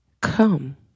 come